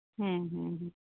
ᱦᱮᱸ ᱦᱮᱸ ᱦᱮᱸ